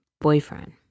boyfriend